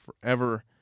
forever